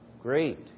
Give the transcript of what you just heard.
Great